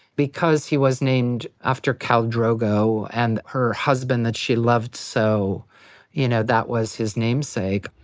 because he was named. after khal drogo and her husband that she loved so you know that was his namesake.